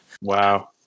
Wow